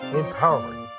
empowering